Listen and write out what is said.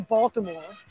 Baltimore